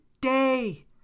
day